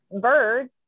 birds